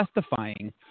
testifying